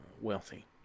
wealthy